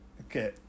Okay